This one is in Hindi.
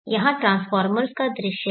यहां ट्रांसफार्मर्स का दृश्य है